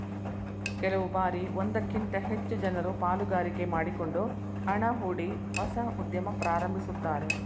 ಕೆಲವು ಬಾರಿ ಒಂದಕ್ಕಿಂತ ಹೆಚ್ಚು ಜನರು ಪಾಲುಗಾರಿಕೆ ಮಾಡಿಕೊಂಡು ಹಣ ಹೂಡಿ ಹೊಸ ಉದ್ಯಮ ಪ್ರಾರಂಭಿಸುತ್ತಾರೆ